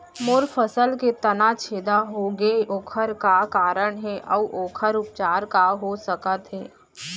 मोर फसल के तना छेदा गेहे ओखर का कारण हे अऊ ओखर उपचार का हो सकत हे?